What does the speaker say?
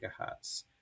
gigahertz